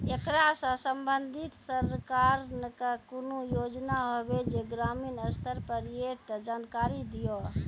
ऐकरा सऽ संबंधित सरकारक कूनू योजना होवे जे ग्रामीण स्तर पर ये तऽ जानकारी दियो?